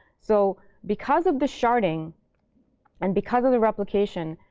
so because of the sharding and because of the replication,